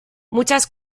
muchas